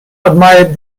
admired